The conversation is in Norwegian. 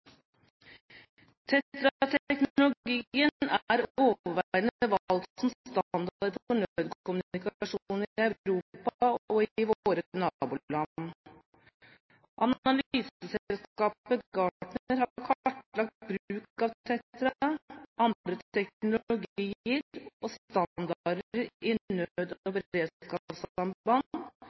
er overveiende valgt som standard for nødkommunikasjon i Europa og i våre naboland. Analyselskapet Gartner har kartlagt bruk av TETRA og andre teknologier og standarder i nød-